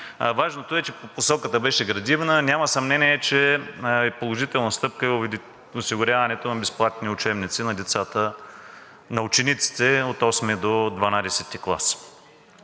важното е, че посоката беше градивна. Няма съмнение, че е положителна стъпка осигуряването на безплатни учебници на учениците от VIII до XII клас.